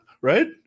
right